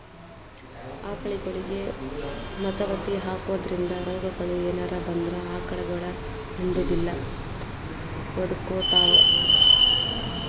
ಆಕಳಗೊಳಿಗೆ ವತವತಿ ಹಾಕೋದ್ರಿಂದ ರೋಗಗಳು ಏನರ ಬಂದ್ರ ಆಕಳಗೊಳ ಹಿಂಡುದಿಲ್ಲ ಒದಕೊತಾವ